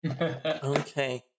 Okay